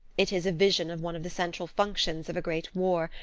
it is a vision of one of the central functions of a great war,